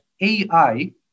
AI